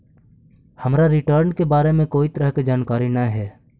हमरा रिटर्न के बारे में कोई तरह के जानकारी न हे